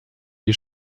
die